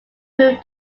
prove